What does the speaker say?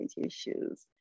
issues